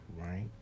Right